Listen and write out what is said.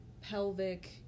pelvic